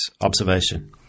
observation